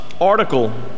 article